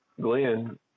Glenn